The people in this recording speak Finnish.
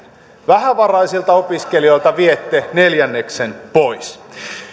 vähävaraisilta opiskelijoilta viette neljänneksen pois